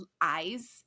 eyes